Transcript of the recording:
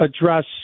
address